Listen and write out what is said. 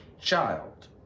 child